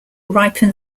ripen